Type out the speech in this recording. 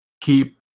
keep